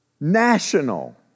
national